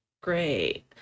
great